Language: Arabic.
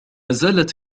زالت